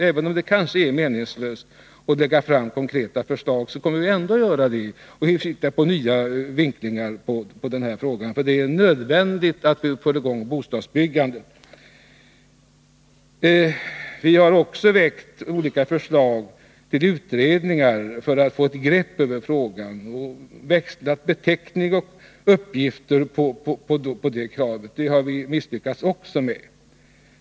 Även om det kanske är meningslöst att lägga fram konkreta förslag, kommer vi ändå att göra det och finna nya vinklingar på frågan. För det är nödvändigt att vi får i gång bostadsbyggandet. Vi har också väckt olika förslag om utredningar för att få ett grepp över frågan och växlat beteckning på det kravet. Där har vi dock också misslyckats.